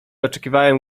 oczekiwałem